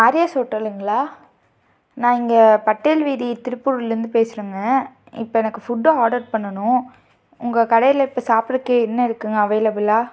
ஆரியாஸ் ஹோட்டலுங்களா நான் இங்கே பட்டேல் வீதி திருப்பூர்லேருந்து பேசுறேங்க இப்போ எனக்கு ஃபுட்டு ஆடர் பண்ணணும் உங்கள் கடையில் இப்போ சாப்பிடறதுக்கு என்ன இருக்குங்க அவைலபுலாக